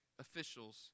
officials